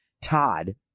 Todd